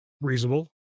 reasonable